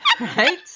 right